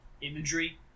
Imagery